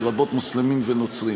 לרבות מוסלמים ונוצרים,